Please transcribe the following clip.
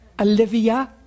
Olivia